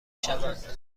شوند